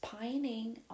pining